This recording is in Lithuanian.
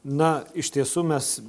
na iš tiesų mes